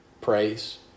praise